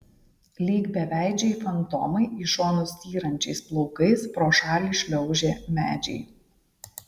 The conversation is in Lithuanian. lyg beveidžiai fantomai į šonus styrančiais plaukais pro šalį šliaužė medžiai